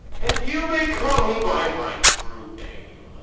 and you may call me by my true name.